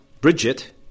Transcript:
Bridget